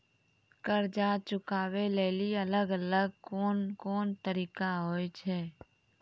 कर्जा चुकाबै लेली अलग अलग कोन कोन तरिका होय छै?